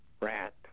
Rat